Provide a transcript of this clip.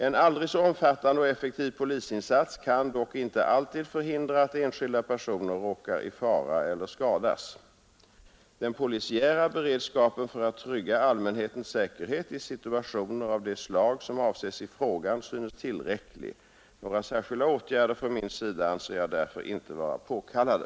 En aldrig så omfattande och effektiv polisinsats kan dock inte alltid förhindra att enskilda personer råkar i fara eller skadas. Den polisiära beredskapen för att trygga allmänhetens säkerhet i situationer av det slag som avses i frågan synes tillräcklig. Några särskilda åtgärder från min sida anser jag därför inte vara påkallade,